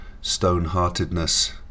stone-heartedness